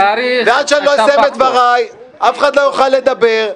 ועד שלא אסיים את דבריי אף אחד לא יוכל לדבר.